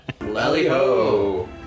Lally-ho